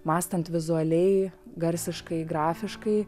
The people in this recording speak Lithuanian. mąstant vizualiai garsiškai grafiškai